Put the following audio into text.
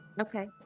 Okay